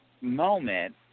moment